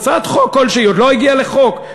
עוד לא הגיע לחוק,